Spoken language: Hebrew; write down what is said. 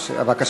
בעד,